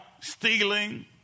stealing